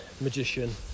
magician